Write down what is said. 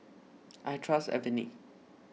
I trust Avene